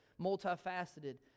multifaceted